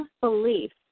belief